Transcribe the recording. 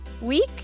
week